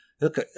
Look